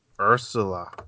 Ursula